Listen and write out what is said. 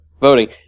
voting